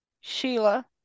sheila